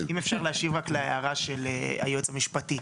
אם אפשר להשיב רק להערת אגב של היועץ המשפטי.